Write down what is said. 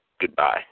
Goodbye